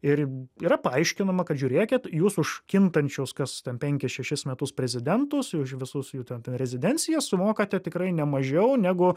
ir yra paaiškinama kad žiūrėkit jūs už kintančius kas ten penkis šešis metus prezidentus už visus jų ten ten rezidenciją sumokate tikrai ne mažiau negu